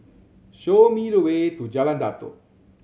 show me the way to Jalan Datoh